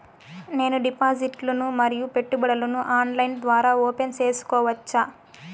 నేను డిపాజిట్లు ను మరియు పెట్టుబడులను ఆన్లైన్ ద్వారా ఓపెన్ సేసుకోవచ్చా?